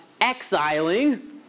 exiling